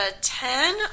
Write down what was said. Ten